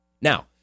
Now